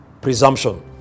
presumption